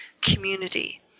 community